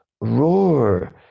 roar